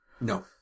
No